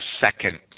second